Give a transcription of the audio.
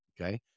okay